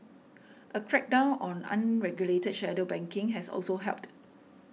a crackdown on unregulated shadow banking has also helped